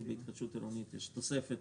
כי בהתחדשות עירונית יש תוספת